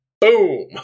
Boom